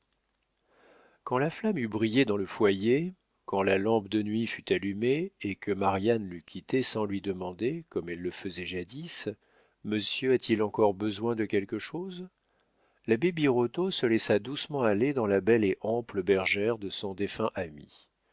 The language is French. quand la flamme eut brillé dans le foyer quand la lampe de nuit fut allumée et que marianne l'eut quitté sans lui demander comme elle le faisait jadis monsieur a-t-il encore besoin de quelque chose l'abbé birotteau se laissa doucement aller dans la belle et ample bergère de son défunt ami